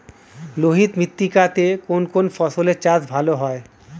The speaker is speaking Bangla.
লোহিত মৃত্তিকা তে কোন কোন ফসলের চাষ ভালো হয়?